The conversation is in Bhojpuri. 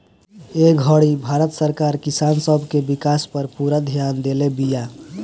ए घड़ी भारत सरकार किसान सब के विकास पर पूरा ध्यान देले बिया